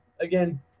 again